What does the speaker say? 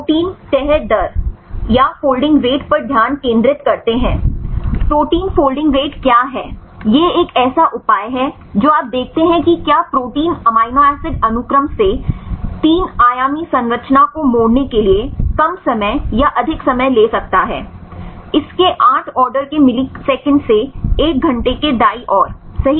protein folding rate क्या है यह एक ऐसा उपाय है जो आप देखते हैं कि क्या प्रोटीन अमीनो एसिड अनुक्रम से 3 आयामी संरचना को मोड़ने के लिए कम समय या अधिक समय ले सकता है इसके 8 आर्डर के मिलिससेकंड से एक घंटे के दाईं ओर सही